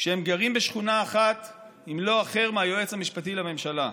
כשהם גרים בשכונה אחת עם לא אחר מהיועץ המשפטי לממשלה,